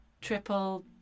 triple